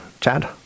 Chad